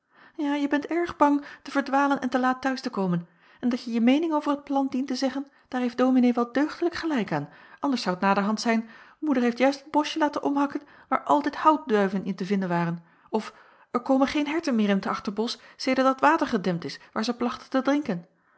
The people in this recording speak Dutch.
ja je bent erg bang te verdwalen en te laat t'huis te komen en dat je je meening over het plan dient te zeggen daar heeft dominee wel deugdelijk gelijk aan anders zou t naderhand zijn moeder heeft juist dat boschje laten omhakken waar altijd houtduiven in te vinden waren of er komen geen herten meer in t achterbosch sedert dat water gedempt is waar zij plachten te drinken